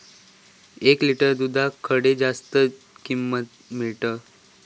एक लिटर दूधाक खडे जास्त किंमत मिळात?